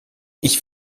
ich